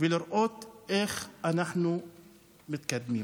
ולראות איך אנחנו מתקדמים,